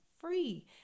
free